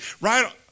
right